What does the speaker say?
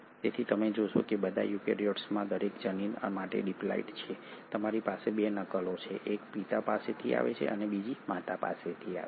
તેથી તમે જોશો કે બધા યુકેરીયોટ્સ દરેક જનીન માટે ડિપ્લોઇડ છે તમારી પાસે ૨ નકલો છે એક પિતા પાસેથી આવે છે અને બીજી માતા પાસેથી આવે છે